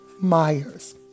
Myers